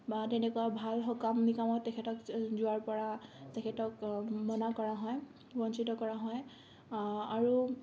বা তেনেকুৱা ভাল সকাম নিকামত তেখেতক যোৱাৰ পৰা তেখেতক মনা কৰ হয় বঞ্চিত কৰা হয় আৰু